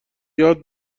یاد